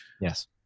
yes